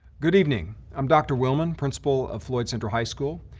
good evening, i'm dr. willman, principal of floyd central high school.